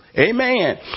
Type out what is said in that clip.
Amen